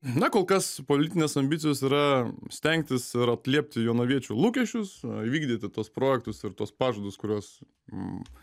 na kol kas politinės ambicijos yra stengtis ir atliepti jonaviečių lūkesčius įvykdyti tuos projektus ir tuos pažadus kuriuos m